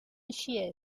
així